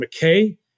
McKay